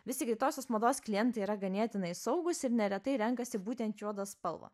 vis tik greitosios mados klientai yra ganėtinai saugūs ir neretai renkasi būtent juodą spalvą